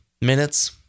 minutes